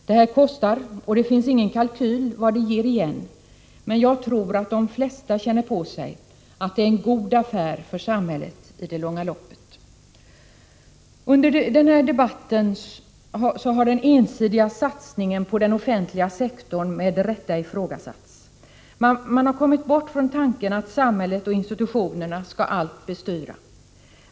Det här kostar och det finns ingen kalkyl över vad det ger igen, men jag tror att de flesta känner på sig att det är en god affär för samhället i det långa loppet. Under debatten har den ensidiga satsningen på den offentliga sektorn med rätta ifrågasatts. Man har kommit bort från tanken att samhället och institutionerna skall allt bestyra.